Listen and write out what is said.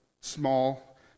small